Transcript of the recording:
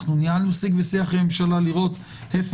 ניהלנו שיח ושיח עם הממשלה לראות איפה